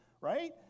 right